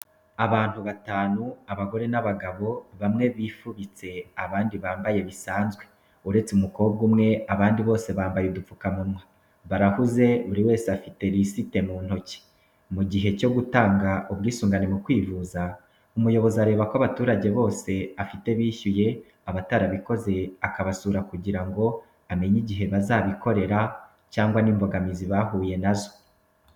Abantu batanu, abagore n'abagabo bamwe bifubitse abandi bambaye bisanzwe, uretse umukobwa umwe abandi bose bambaye udupfukamunwa. Barahuze buri wese afite lisiti mu ntoki. Mu gihe cyo gutanga ubwisungane mu kwivuza, umuyobozi areba ko abaturage bose afite bishyuye abatarabikoze akabasura kugira ngo amenye igihe bazabikorera cyangwa n'imbogamizi bahuye na zo.